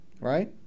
right